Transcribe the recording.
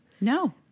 No